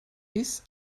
bis